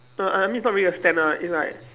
no I mean it's not really a stand ah it's like